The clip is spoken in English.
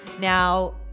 Now